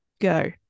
Go